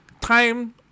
time